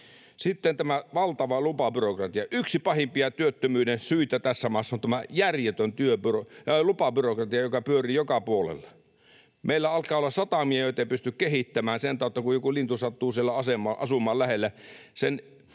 Sitten tämä valtava lupabyrokratia. Yksi pahimpia työttömyyden syitä tässä maassa on tämä järjetön lupabyrokratia, joka pyörii joka puolella. Meillä alkaa olla satamia, joita ei pysty kehittämään sen tautta, kun joku lintu sattuu asumaan lähellä. Tänne